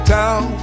town